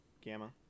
Gamma